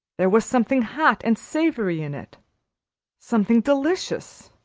there was something hot and savory in it something delicious.